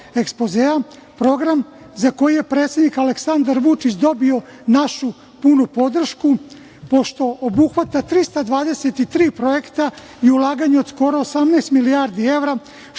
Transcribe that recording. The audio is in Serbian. program za koji je predsednik Aleksandar Vučić dobio našu punu podršku, pošto obuhvata 323 projekta u ulaganju od skoro 18 milijardi evra,